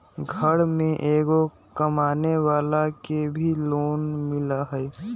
घर में एगो कमानेवाला के भी लोन मिलहई?